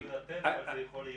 זה לא יינתן, אבל זה יכול להירכש.